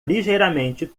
ligeiramente